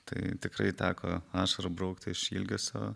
tai tikrai teko ašarą braukti iš ilgesio